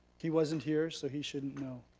he wasn't here, so he shouldn't know.